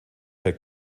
her